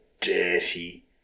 dirty